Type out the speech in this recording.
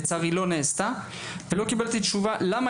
לצערי לא נעשתה ולא קיבלתי תשובה למה